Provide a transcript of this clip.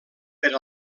per